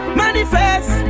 manifest